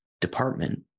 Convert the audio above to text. department